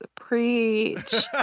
Preach